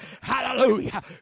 Hallelujah